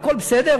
הכול בסדר,